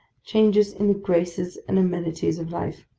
changes in the graces and amenities of life,